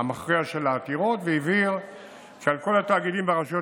המכריע של העתירות והבהיר כי על כל התאגידים והרשויות